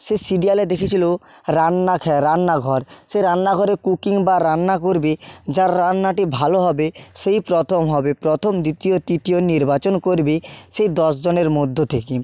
সে সিরিয়ালে দেখিয়েছিল রান্না রান্নাঘর সে রান্নাঘরে কুকিং বা রান্না করবে যার রান্নাটি ভালো হবে সেই প্রথম হবে প্রথম দ্বিতীয় তৃতীয় নির্বাচন করবে সেই দশজনের মধ্য থেকে